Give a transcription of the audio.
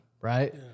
right